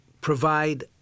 provide